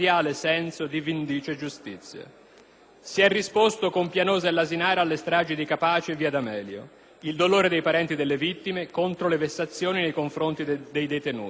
Si è risposto con Pianosa e l'Asinara alle stragi di Capaci e via D'Amelio. Il dolore dei parenti delle vittime contro le vessazioni nei confronti dei detenuti. Questo è stato messo a confronto!